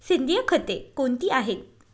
सेंद्रिय खते कोणती आहेत?